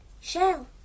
Shell